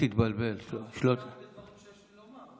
דברים שיש לי לומר.